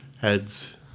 heads